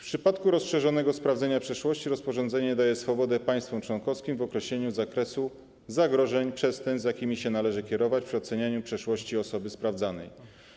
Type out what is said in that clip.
W przypadku rozszerzonego sprawdzenia przeszłości rozporządzenie daje swobodę państwom członkowskim w określeniu zakresu zagrożeń i przestępstw, jakim należy się kierować przy ocenianiu przeszłości osoby sprawdzanej.